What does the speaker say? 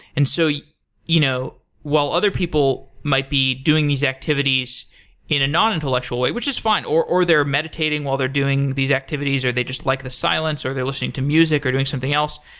and so you know while other people might be doing these activities in a nonintellectual way, which is fine, or or they're meditating while they're doing these activities or they just like the silence, or they're listening to music, or doing something else.